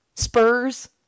Spurs